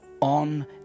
on